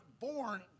born